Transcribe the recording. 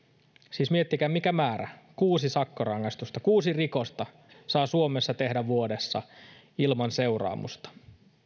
siis miettikää mikä määrä kuusi sakkorangaistusta kuusi rikosta saa suomessa tehdä vuodessa ilman seuraamusta